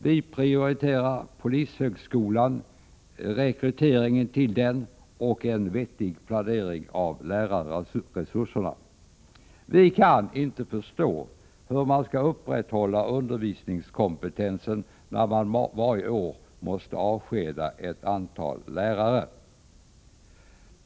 Vi prioriterar polishögskolan, rekryteringen till den och en vettig planering av lärarresurserna. Vi kan inte förstå hur man skall upprätthålla undervisningskompetensen när man varje år måste avskeda ett antal lärare.